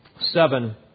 seven